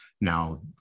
Now